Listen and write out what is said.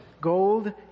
gold